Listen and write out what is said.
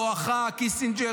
בואכה קיסינ'גר,